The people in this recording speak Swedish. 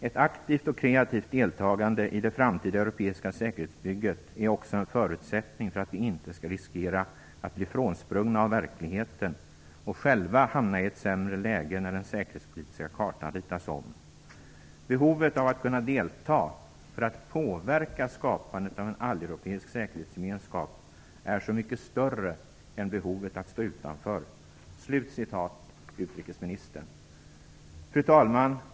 Ett aktivt och kreativt deltagande i det framtida europeiska säkerhetsbygget är också en förutsättning för att vi inte skall riskera att bli frånsprungna av verkligheten, och själva hamna i ett sämre läge när den säkerhetspolitiska kartan ritas om. Behovet av att kunna delta för att påverka skapandet av en alleuropeisk säkerhetsgemenskap är så mycket större än behovet att stå utanför." Fru talman!